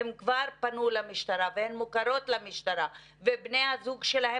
הן פנו למשטרה והן מוכרות למשטרה ובני הזוג שלהן